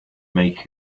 make